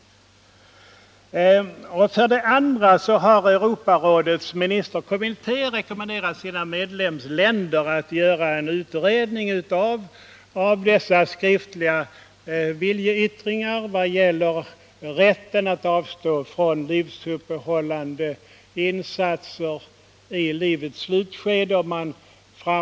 För det andra har Europarådets ministerkommitté rekommenderat sina medlemsländer att göra en utredning av dessa skriftliga viljeyttringar vad det gäller rätten att avstå från livsuppehållande insatser i livets slutskede och huruvida dessa viljeyttringar kan vara bindande.